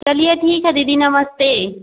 चलिए ठीक है दीदी नमस्ते